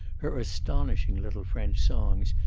her astonishing little french songs,